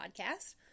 Podcast